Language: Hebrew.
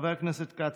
חבר הכנסת כץ,